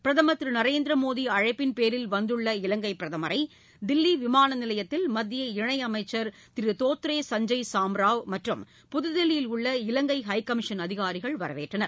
பிரதம் திரு நரேந்திர மோடி அழைப்பின் பேரில் வந்துள்ள இலங்கை பிரதமரை தில்லி விமான நிலையத்தில் மத்திய இணையமைச்சா் திரு தோத்ரே சஞ்சய் சாம்ராவ் மற்றும் புதுதில்லியில் உள்ள இலங்கை ஐ கமிஷன் அதிகாரிகள் வரவேற்றனர்